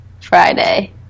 Friday